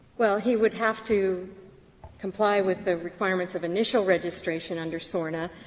well, he would have to comply with the requirements of initial registration under sorna.